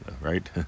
right